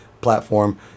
platform